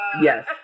Yes